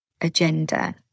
agenda